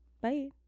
Bye